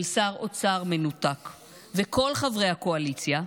של שר אוצר מנותק ושל כל חברי הקואליציה,